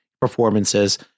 performances